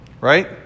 right